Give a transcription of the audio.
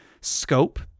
scope